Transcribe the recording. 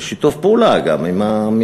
גם בשיתוף פעולה עם המגזר,